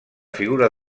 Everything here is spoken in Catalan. figura